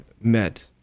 met